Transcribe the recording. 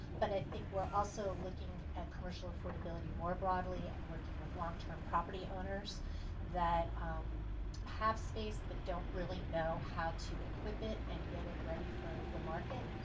but i think we're also looking at commercial affordability more broadly and working with long term property owners that have space but don't know how to equip it and get it ready for the market.